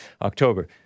October